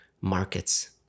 markets